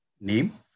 name